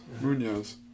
Munoz